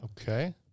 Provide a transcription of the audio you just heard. Okay